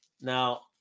Now